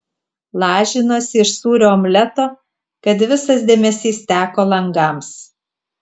lažinuosi iš sūrio omleto kad visas dėmesys teko langams